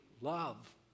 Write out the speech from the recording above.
love